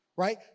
right